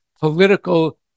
political